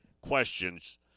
questions